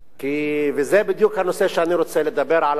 וזה בדיוק הנושא שאני רוצה לדבר עליו.